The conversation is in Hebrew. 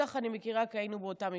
אותך אני מכירה כי היינו באותה מפלגה,